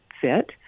fit